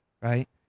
right